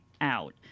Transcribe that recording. out